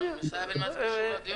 לא, אני מנסה להבין מה זה קשור לדיון.